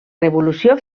revolució